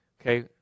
okay